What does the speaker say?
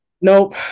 Nope